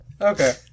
Okay